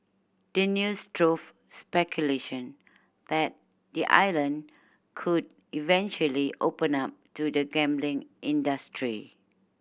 the news drove speculation that the island could eventually open up to the gambling industry